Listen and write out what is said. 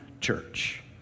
church